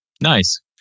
Nice